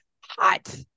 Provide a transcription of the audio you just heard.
hot